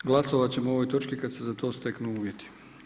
Glasovat ćemo o ovoj točki kada se za to steknu uvjeti.